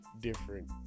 different